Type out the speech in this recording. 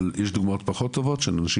אבל יש דוגמאות פחות טובות של אנשים